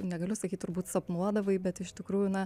negaliu sakyt turbūt sapnuodavai bet iš tikrųjų na